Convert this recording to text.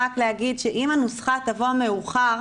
רק לומר שאם הנוסחה תבוא מאוחר,